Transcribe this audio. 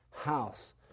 house